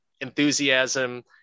enthusiasm